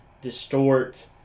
distort